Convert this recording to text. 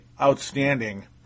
outstanding